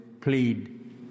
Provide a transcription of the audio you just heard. plead